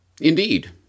Indeed